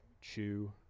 Chew